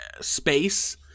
space